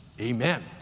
amen